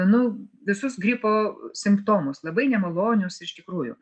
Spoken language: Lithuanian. nu visus gripo simptomus labai nemalonius iš tikrųjų